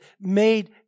made